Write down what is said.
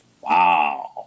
Wow